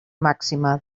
màxima